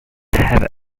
have